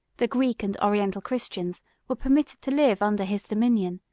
the greek and oriental christians were permitted to live under his dominion,